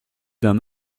d’un